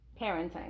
parenting